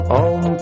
om